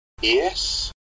Yes